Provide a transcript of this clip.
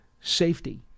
safety